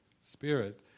spirit